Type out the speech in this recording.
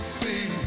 see